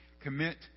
commit